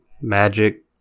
magic